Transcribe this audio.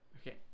Okay